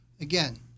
again